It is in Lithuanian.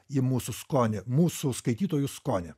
į mūsų skonį mūsų skaitytojų skonį